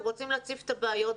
אנחנו רוצים להציף את הבעיה.